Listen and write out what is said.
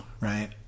right